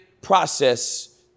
process